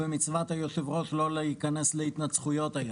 במצוות היושב-ראש לא להיכנס להתנצחויות היום.